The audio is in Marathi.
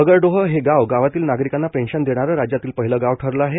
मगर ोह हे गाव गावातील नागरिकांना पेन्शन देणारा राज्यातील पहिलं गाव ठरला आहे